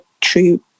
true